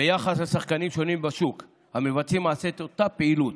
ביחס לשחקנים שונים בשוק המבצעים למעשה את אותה פעילות.